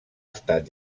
estat